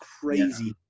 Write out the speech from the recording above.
crazy